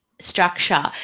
structure